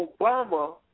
Obama